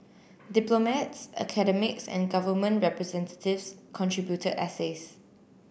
diplomats academics and government representatives contributed essays